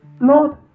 Lord